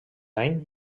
any